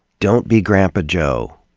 don't be grandpa joe.